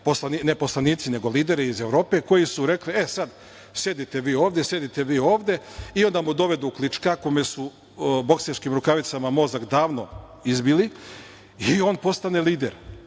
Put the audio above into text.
evropski lideri koji su rekli - e, sad, sedite vi ovde, sedite vi ovde, i onda mu dovedu Klička, kome su bokserskim rukavicama mozak davno izbili i on postane lider,